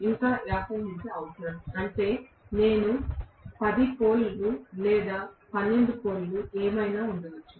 ఇంకా 50 హెర్ట్జ్ అవసరం అంటే నేను 10 పోల్ లు లేదా 12 పోల్ లు లేదా ఏమైనా ఉండవచ్చు